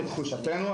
לתחושתנו,